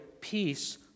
peace